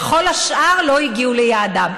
וכל השאר לא הגיעו ליעדם?